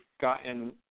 gotten